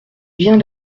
vient